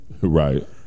right